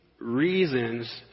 reasons